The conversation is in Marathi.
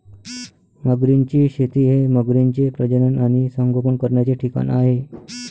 मगरींची शेती हे मगरींचे प्रजनन आणि संगोपन करण्याचे ठिकाण आहे